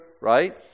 right